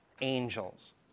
angels